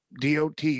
DOT